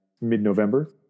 mid-November